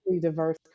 diverse